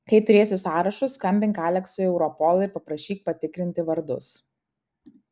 kai turėsi sąrašus skambink aleksui į europolą ir paprašyk patikrinti vardus